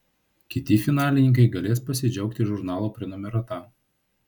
kiti finalininkai galės pasidžiaugti žurnalo prenumerata